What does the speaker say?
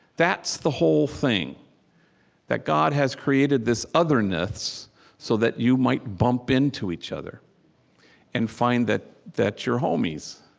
that's the whole thing that god has created this otherness so that you might bump into each other and find that that you're homies,